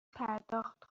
پرداخت